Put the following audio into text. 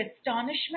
astonishment